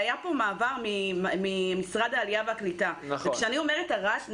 היה פה מעבר ממשרד העלייה והקליטה וכשאני אומרת הרעת תנאים,